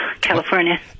California